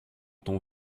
ton